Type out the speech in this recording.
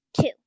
Two